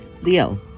Leo